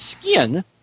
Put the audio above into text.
Skin